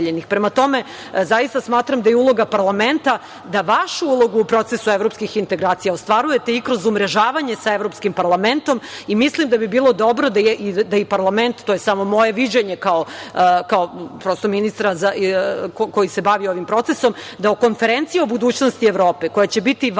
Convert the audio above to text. tome, smatram da je uloga parlamenta da vašu ulogu u procesu evropskih integracija ostvarujete i kroz umrežavanje sa Evropskim parlamentom. Mislim da bi bilo dobro da i parlament, to je samo moje viđenje kao ministra koji se bavi ovim procesom, na konferenciji o budućnosti Evrope koji će biti važna